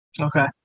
Okay